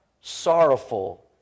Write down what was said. sorrowful